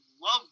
love